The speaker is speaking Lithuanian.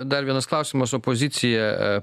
dar vienas klausimas opozicija